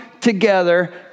together